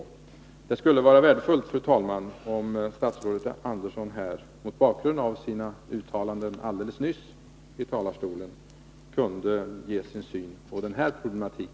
Det skulle vara värdefullt, fru talman, om statsrådet Andersson mot bakgrund av de uttalanden hon nu har gjort kunde ge sin syn på denna problematik.